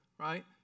Right